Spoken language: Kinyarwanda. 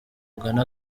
ugana